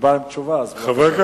ובא עם תשובה, אנחנו נשמע.